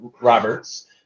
Roberts